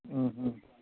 ਹਮ ਹਮ